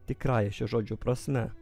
tikrąja šio žodžio prasme